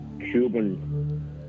Cuban